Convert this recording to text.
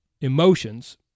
emotions